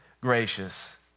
gracious